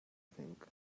think